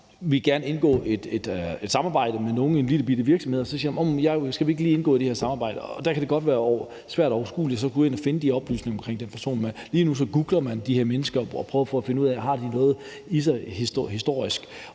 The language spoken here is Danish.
vil indgå en samarbejde med nogen, og så spørger man: Skal vi ikke lige indgå i det her samarbejde? Der kan det godt være svært og uoverskueligt at gå ind og finde de oplysninger om den person. Lige nu googler man de her mennesker og prøver på at finde ud af, hvad deres historik